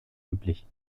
üblich